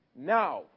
Now